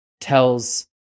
tells